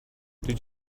did